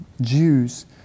Jews